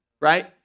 right